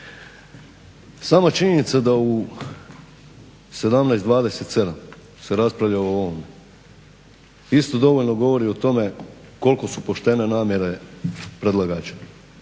Sama činjenica da u 17:27 se raspravlja o ovom isto dovoljno govori o tome koliko su poštene namjere predlagača.